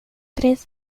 três